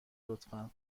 لطفا